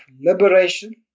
liberation